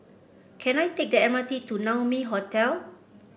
can I take the M R T to Naumi Hotel